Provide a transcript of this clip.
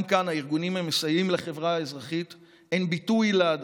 גם כאן הארגונים המסייעים לחברה האזרחית הם ביטוי לאדם,